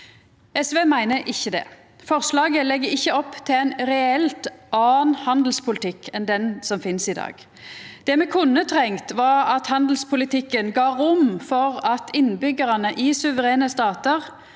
SV meiner ikkje det. Forslaget legg ikkje opp til ein reelt annan handelspolitikk enn den som finst i dag. Det me kunne ha trunge, var at handelspolitikken gav rom for at innbyggjarane i suverene statar,